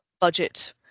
budget